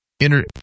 enter